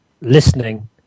listening